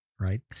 right